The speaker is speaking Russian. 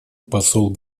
посол